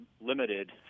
limited